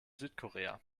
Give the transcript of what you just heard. südkorea